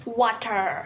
?water